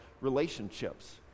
relationships